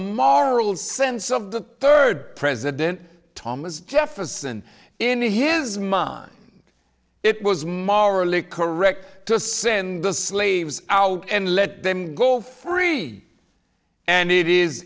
moral sense of the third president thomas jefferson in his mind it was marley correct to send the slaves out and let them go free and it is